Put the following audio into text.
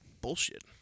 bullshit